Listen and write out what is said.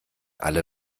alle